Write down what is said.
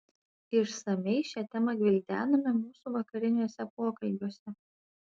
išsamiai šią temą gvildenome mūsų vakariniuose pokalbiuose